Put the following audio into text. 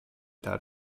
that